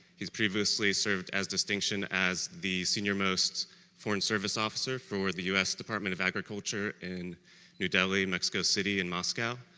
his previously served as distinction as the senior most foreign service officer for the us department of agriculture and new delia, and mexico city, and moscow,